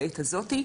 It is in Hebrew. בידוד טכנולוגי.